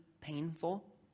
painful